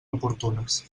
oportunes